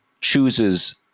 chooses